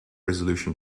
resolution